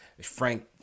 Frank